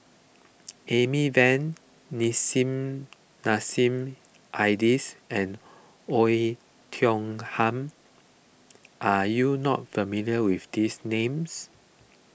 Amy Van Nissim Nassim Adis and Oei Tiong Ham are you not familiar with these names